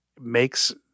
makes